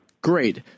great